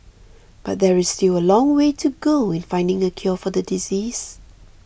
but there is still a long way to go in finding a cure for the disease